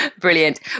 Brilliant